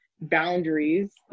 boundaries